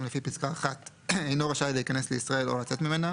לפי פסקה (1) אינו רשאי להיכנס לישראל או לצאת ממנה,